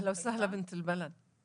אהל וסהלן, בינת אל-בלד.